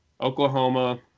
Oklahoma